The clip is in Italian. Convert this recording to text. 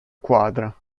quadra